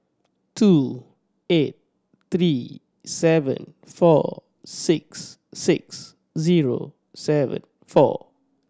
two eight three seven four six six zero seven four